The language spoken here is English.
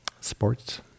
sports